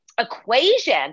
equation